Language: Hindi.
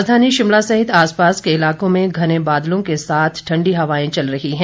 राजधानी शिमला सहित आसपास के इलाकों में घने बादलों के साथ ठंडी हवाएं चल रही हैं